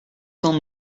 cents